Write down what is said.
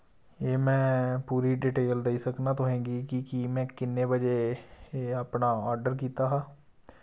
एह् मैं पूरी डिटेल देई सकना तुसेंगी की कि में किन्ने बजे एह् अपना आर्डर कीत्ता हा